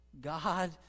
God